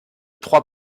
trois